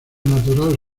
natural